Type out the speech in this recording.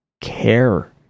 care